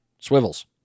Swivels